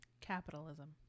Capitalism